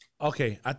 Okay